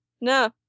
no